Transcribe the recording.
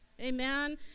Amen